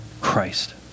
Christ